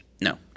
No